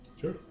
Sure